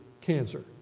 cancer